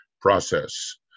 process